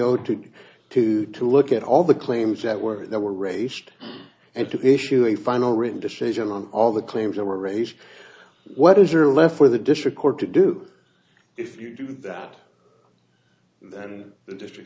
o to to to look at all the claims that were there were raised and to issue a final written decision on all the claims that were raised what is there left for the district court to do if you do that then the district